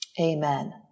amen